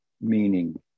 meaning